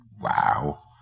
wow